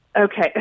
Okay